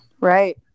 Right